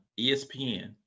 ESPN